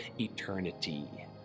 eternity